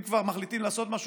אם כבר מחליטים לעשות משהו,